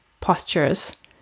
postures